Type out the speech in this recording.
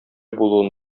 булуын